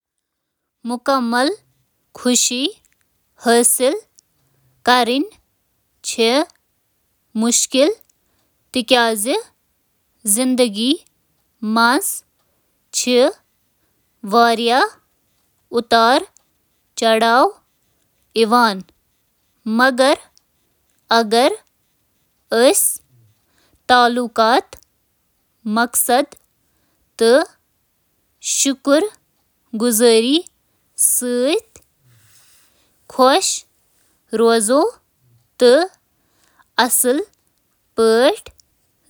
آ، خۄش حٲصِل کرٕنۍ چھِ مُمکِن، مگر پرٛٮ۪تھ وِزِ خۄش روزُن چھُنہٕ ہمیشہِ مُمکِن۔ خوشی چِھ ذہنی تہٕ جذبٲتی صحتُک اکھ لٲزمی حصہٕ، تہٕ یہٕ ہیکہِ